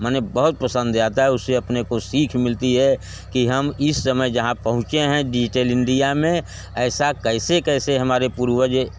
माने बहुत पसंद आता है उससे अपने को सीख मिलती है कि हम इस समय जहाँ पहुंचे हैं डिजिटल इंडिया में ऐसा कैसे कैसे हमारे पूर्वज